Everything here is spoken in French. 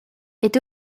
est